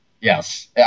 Yes